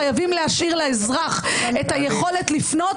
חייבים להשאיר לאזרח את היכולת לפנות